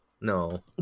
no